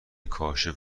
کاشف